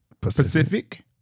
Pacific